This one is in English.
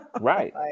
Right